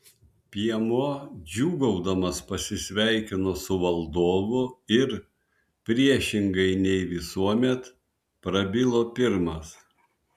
piemuo džiūgaudamas pasisveikino su valdovu ir priešingai nei visuomet prabilo pirmas